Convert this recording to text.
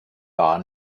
gar